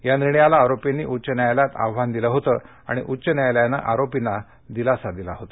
या निर्णयाला आरोपींनी उच्च न्यायालयात आव्हान दिलं होतं आणि उच्च न्यायालयानं आरोपींना दिलासा दिला होता